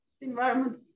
Environment